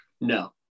No